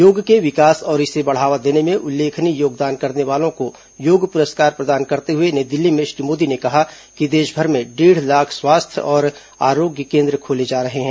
योग के विकास और इसे बढ़ावा देने में उल्लेखनीय योगदान करने वालों को योग पुरस्कार प्रदान करते हुए नई दिल्ली में श्री मोदी ने कहा कि देशभर में डेढ़ लाख स्वास्थ्य और आरोग्य केन्द्र खोले जा रहे हैं